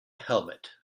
helmet